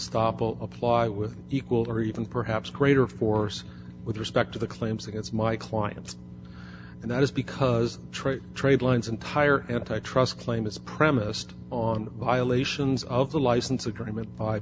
will apply with equal or even perhaps greater force with respect to the claims against my clients and that is because trade trade lines entire antitrust claim is premised on violations of the license agreement